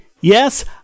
Yes